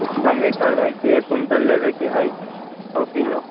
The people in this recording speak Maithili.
कुछ कमी करबै तऽ एक क्विंटल लेबयके है सए किलो